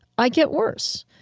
i get worse.